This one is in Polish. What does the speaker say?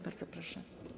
Bardzo proszę.